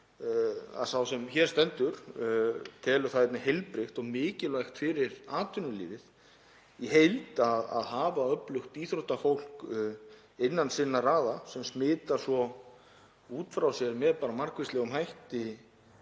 að sá sem hér stendur telur það einnig heilbrigt og mikilvægt fyrir atvinnulífið í heild að hafa öflugt íþróttafólk innan sinna raða, það smitar út frá sér með margvíslegum hætti